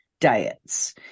diets